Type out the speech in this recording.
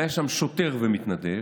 היו שם שוטר ומתנדב.